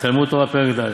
תלמוד תורה פרק ד'.